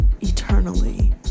eternally